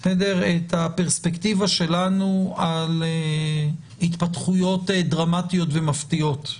את הפרספקטיבה שלנו על התפתחויות דרמטיות ומפתיעות.